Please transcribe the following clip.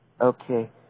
Okay